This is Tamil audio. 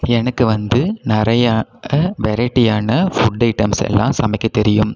எனக்கு வந்து நிறைய அ வெரைட்டியான ஃபுட் ஐட்டம்ஸ் எல்லாம் சமைக்க தெரியும்